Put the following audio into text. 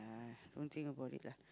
ah don't think about it lah